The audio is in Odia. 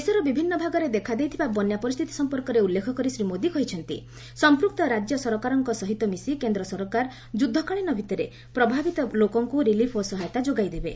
ଦେଶର ବିଭିନ୍ନ ଭାଗରେ ଦେଖାଦେଇଥିବା ବନ୍ୟା ପରିସ୍ଥିତି ସମ୍ପର୍କରେ ଉଲ୍ଲେଖ କରି ଶ୍ରୀ ମୋଦି କହିଛନ୍ତି ସମ୍ପୃକ୍ତ ରାଜ୍ୟ ସରକାରଙ୍କ ସହିତ ମିଶି କେନ୍ଦ୍ର ସରକାର ଯୁଦ୍ଧକାଳୀନ ଭିତ୍ତରେ ପ୍ରଭାବିତ ଲୋକଙ୍କୁ ରିଲିଫ୍ ଓ ସହାୟତା ଯୋଗାଇ ଦେବେ